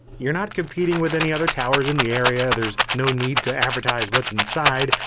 you're not competing with any other towers in the area, there's no need to advertise what's inside.